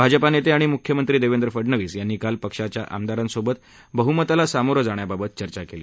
भाजपा नेते आणि मुख्यमंत्री देवेंद्र फडनवीस यांनी काल पक्षांच्या आमदारांसोबत बहुमताला सामोरे जाण्याबाबत चर्चा केली